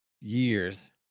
years